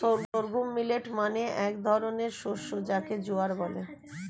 sorghum millet মানে এক ধরনের শস্য যাকে জোয়ার বলে